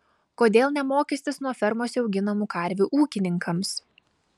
kodėl ne mokestis nuo fermose auginamų karvių ūkininkams